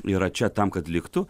yra čia tam kad liktų